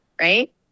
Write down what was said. right